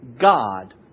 God